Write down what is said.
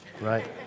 right